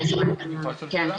כן.